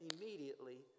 immediately